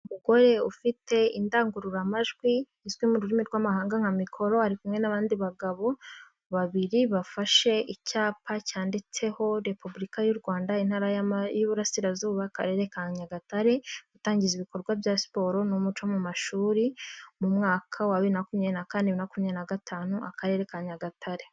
Umugore ufite indangururamajwi izwi mu rurimi rw'amahanga nka mikoro, ari kumwe n'abandi bagabo babiri bafashe icyapa cyanditseho Repubulika y'u Rwanda, Intara y'Uburasirazuba Akakarere ka Nyagatare, gutangiza ibikorwa bya siporo n'umuco mu mashuri mu mwaka wa 2024, 2025 Akarere ka Nyagatare.